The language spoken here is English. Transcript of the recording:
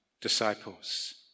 disciples